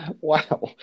Wow